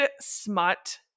smut